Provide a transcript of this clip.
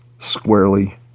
squarely